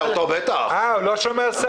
הוא לא שומר סף?